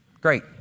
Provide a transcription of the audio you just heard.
Great